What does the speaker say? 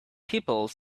people